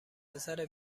پسر